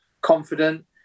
confident